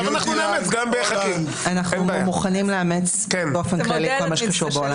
אנחנו מוכנים לאמץ באופן כללי כל מה שקשור בהולנד.